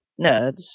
nerds